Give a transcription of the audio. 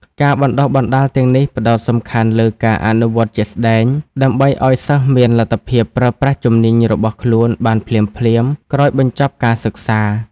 ការបណ្តុះបណ្តាលទាំងនេះផ្តោតសំខាន់លើការអនុវត្តជាក់ស្តែង ដើម្បីឱ្យសិស្សមានលទ្ធភាពប្រើប្រាស់ជំនាញរបស់ខ្លួនបានភ្លាមៗក្រោយបញ្ចប់ការសិក្សា។